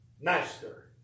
Master